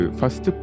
first